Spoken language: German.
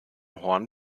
horn